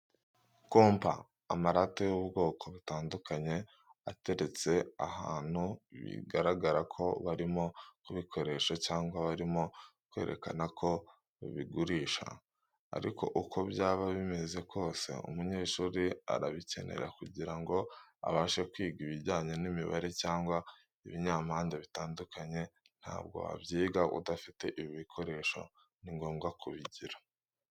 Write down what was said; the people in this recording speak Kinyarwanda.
Kompa, amarate y'ubwoko butandukanye ateretse ahantu bigaragara ko barimo kubigurisha cyangwa barimo kwerekana ko babigurisha, ariko uko byaba bimeze kose umunyeshuri arabikenera kugira ngo abashe kwiga ibijyanye n'imibare cyangwa ibinyampande bitandukanye, ntabwo wabyiga udafite ibi bikoresho ni ngombwa kubigira.